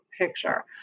picture